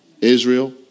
Israel